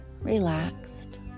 relaxed